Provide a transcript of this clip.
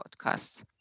podcasts